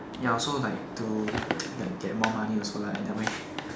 ya also like to ya get more money also lah in a way